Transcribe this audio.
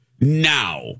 Now